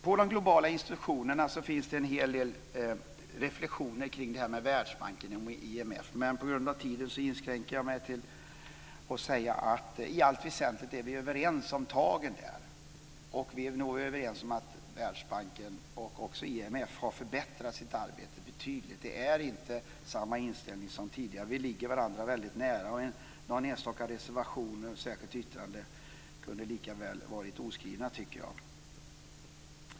På de globala institutionerna finns det en hel del reflexioner kring det här med Världsbanken och IMF. Men på grund av tiden inskränker jag mig till att säga att vi i allt väsentligt är överens när det gäller det här. Vi är nog överens om att Världsbanken och också IMF har förbättrat sitt arbete betydligt. Det är inte samma inställning som tidigare. Vi ligger varandra väldigt nära. Någon enstaka reservation och något särskilt yttrande skulle lika väl ha kunnat vara oskrivna, tycker jag.